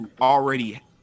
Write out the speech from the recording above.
already